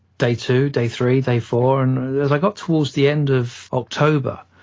day two, day three, day four, and as i got towards the end of october,